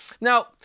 Now